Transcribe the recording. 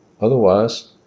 Otherwise